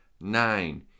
Nine